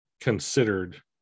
considered